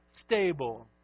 stable